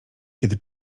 kiedy